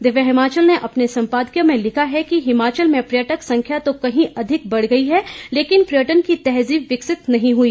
दिव्य हिमाचल ने अपने संपादकीय में लिखा है कि हिमाचल में पर्यटक संख्या तो कहीं अधिक बढ़ गई लेकिन पर्यटन की तहजीब विकसित नहीं हुई